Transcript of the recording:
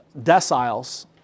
deciles